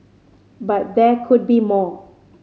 but there could be more